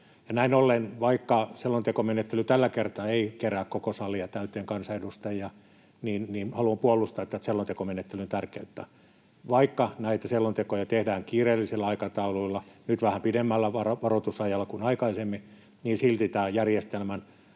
Näin ollen, vaikka selontekomenettely tällä kertaa ei kerää koko salia täyteen kansanedustajia, haluan puolustaa tätä selontekomenettelyn tärkeyttä. Vaikka näitä selontekoja tehdään kiireellisillä aikatauluilla — nyt vähän pidemmällä varoitusajalla kuin aikaisemmin — niin silti tämän järjestelmän